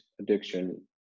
addiction